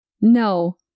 No